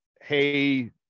hey